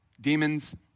Demons